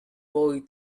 boy